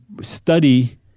study